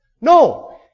No